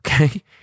Okay